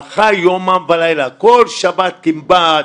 הוא בכה יומם ולילה, כל שבת כמעט,